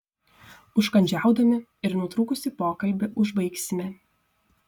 užkandžiaudami ir nutrūkusį pokalbį užbaigsime